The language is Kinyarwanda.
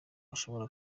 bashobora